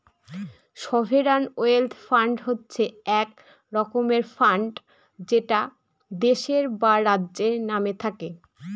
sovereign wealth fund হচ্ছে এক রকমের ফান্ড যেটা দেশের বা রাজ্যের নামে থাকে